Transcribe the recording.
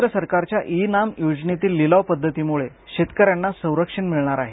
केंद्र सरकारच्यार e NAM योजनेतील लिलाव पद्धतीमुळे शेतक यांना संरक्षण मिळणार आहे